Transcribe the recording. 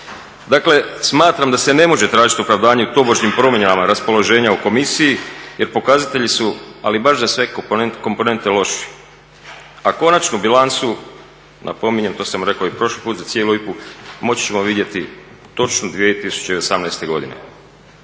Dakle, smatram da se ne može tražiti opravdanje u tobožnjim promjenama raspoloženja u komisiji jer pokazatelji su ama baš za sve komponente loši. A konačnu bilancu, napominjem, to sam rekao i prošli put za cijelu IPA-u, moći ćemo vidjeti točnu 2018. godine.